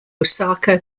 osaka